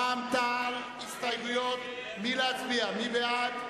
רע"ם-תע"ל, הסתייגויות, מי בעד?